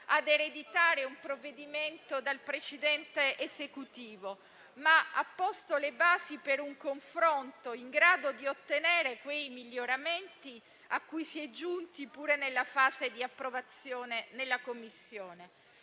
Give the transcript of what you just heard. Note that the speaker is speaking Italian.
a ereditare un provvedimento dal precedente Esecutivo, ma ha posto le basi per un confronto in grado di ottenere i miglioramenti cui si è giunti nella fase di approvazione del provvedimento